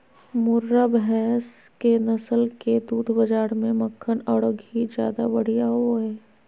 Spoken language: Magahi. मुर्रा भैस के नस्ल के दूध बाज़ार में मक्खन औरो घी ज्यादा बढ़िया होबो हइ